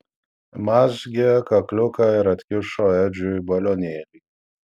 mazgė kakliuką ir atkišo edžiui balionėlį